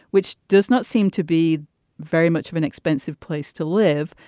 which does not seem to be very much of an expensive place to live.